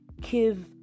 give